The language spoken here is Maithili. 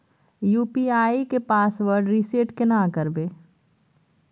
यु.पी.आई के पासवर्ड रिसेट केना करबे?